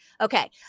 okay